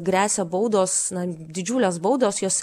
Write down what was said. gresia baudos na didžiulės baudos jos